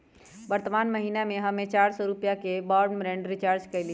वर्तमान महीना में हम्मे चार सौ रुपया के ब्राडबैंड रीचार्ज कईली